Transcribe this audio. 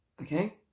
Okay